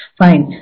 fine